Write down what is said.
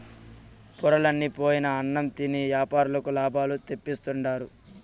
పొరలన్ని పోయిన అన్నం తిని యాపారులకు లాభాలు తెప్పిస్తుండారు